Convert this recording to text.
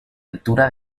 altura